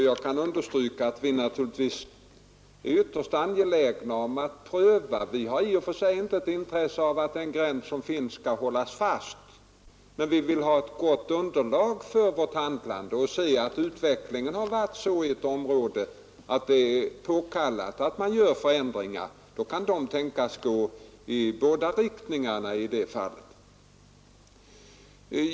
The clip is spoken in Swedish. Jag kan understryka att vi naturligtvis är ytterst angelägna om att pröva gränsdragningen. Vi har i och för sig inget intresse av att den nuvarande gränsen skall hållas fast. Men vi vill ha ett gott underlag för vårt handlande. Om utvecklingen i ett område har varit sådan att det är påkallat med förändringar, kan de tänkas gå i båda riktningarna.